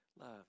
Love